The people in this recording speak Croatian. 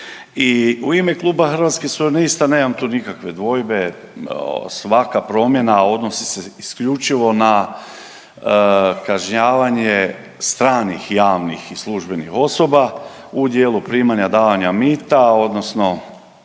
I u ime kluba Hrvatskih suverenista nemam tu nikakve dvojbe, svaka promjena odnosi se isključivo na kažnjavanje stranih javnih i službenih osoba u dijelu primanja, davanja mita, odnosno